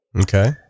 Okay